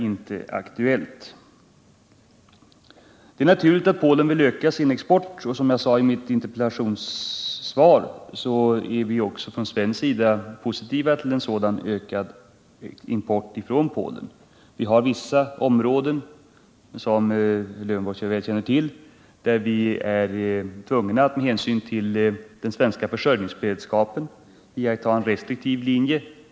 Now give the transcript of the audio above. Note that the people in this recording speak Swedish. Det är naturligt att Polen vill öka sin export. Som jag sade i min är inte aktuellt. interpellationssvar ställer vi oss också från svensk sida positiva till en ökad import från Polen. Men vi har, som herr Lövenborg väl känner till, vissa varuområden där vi med hänsyn till den svenska försörjningsberedskapen iakttar en restriktiv linje.